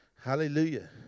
Hallelujah